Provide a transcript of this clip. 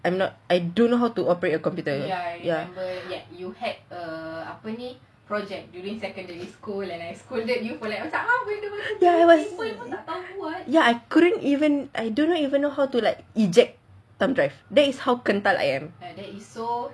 I'm not I don't know how to operate a computer ya ya I was I couldn't even I don't even know how to like eject thumb drive that is how kental I am